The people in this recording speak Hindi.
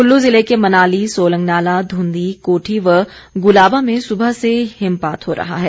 कुल्लू जिले के मनाली सोलंगनाला धुंधीं कोठी व गुलाबा में सुबह से हिमपात हो रहा है